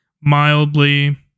Mildly